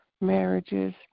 marriages